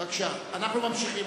אנחנו ממשיכים.